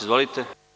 Izvolite.